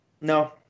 No